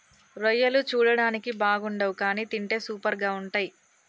రొయ్యలు చూడడానికి బాగుండవ్ కానీ తింటే సూపర్గా ఉంటయ్